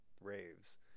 raves